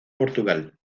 portugal